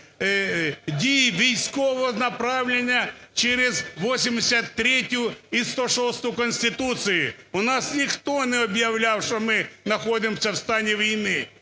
дій військового направлення через 83-ю і 106-у Конституції. У нас ніхто не об'являв, що ми находимося в стані війни.